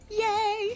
Yay